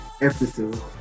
episode